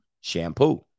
shampoo